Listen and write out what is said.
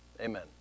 Amen